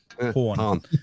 Porn